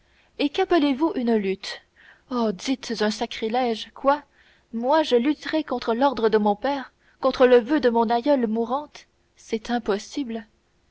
et qu'appelez-vous une lutte oh dites un sacrilège quoi moi je lutterais contre l'ordre de mon père contre le voeu de mon aïeule mourante c'est impossible